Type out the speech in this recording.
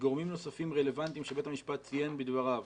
מגורמים נוספים רלוונטיים שבית המשפט ציין בדבריו